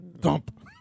Dump